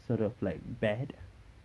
sort of like bad